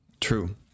True